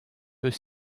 peut